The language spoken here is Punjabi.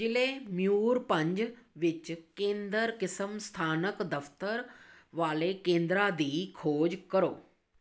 ਜ਼ਿਲ੍ਹੇ ਮਯੂਰਭੰਜ ਵਿੱਚ ਕੇਂਦਰ ਕਿਸਮ ਸਥਾਨਕ ਦਫ਼ਤਰ ਵਾਲੇ ਕੇਂਦਰਾਂ ਦੀ ਖੋਜ ਕਰੋ